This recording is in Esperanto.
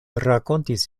rakontis